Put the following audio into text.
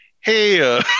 hey